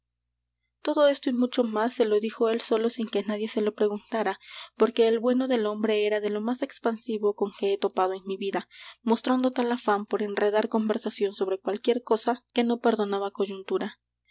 todo esto y mucho más se lo dijo él solo sin que nadie se lo preguntara porque el bueno del hombre era de lo más expansivo con que he topado en mi vida mostrando tal afán por enredar conversación sobre cualquier cosa que no perdonaba coyuntura